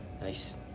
Nice